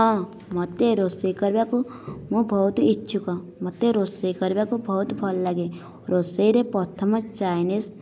ହଁ ମୋତେ ରୋଷେଇ କରିବାକୁ ମୁଁ ବହୁତ ଇଚ୍ଛୁକ ମୋତେ ରୋଷେଇ କରିବାକୁ ବହୁତ ଭଲ ଲାଗେ ରୋଷେଇରେ ପ୍ରଥମେ ଚାଇନିଜ୍